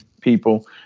people